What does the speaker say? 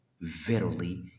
Verily